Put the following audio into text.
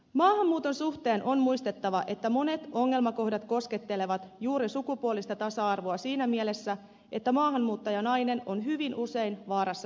maahanmuuton suhteen on muistettava että monet ongelmakohdat koskettelevat juuri sukupuolista tasa arvoa siinä mielessä että maahanmuuttajanainen on hyvin usein vaarassa syrjäytyä